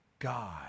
God